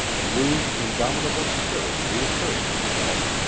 lou's indomitable spirit reasserted itself,